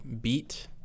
beat